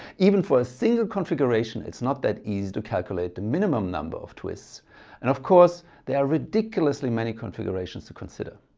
even for a single configuration it's not that easy to calculate the minimum number of twists and of course there are ridiculously many configurations to consider.